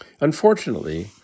Unfortunately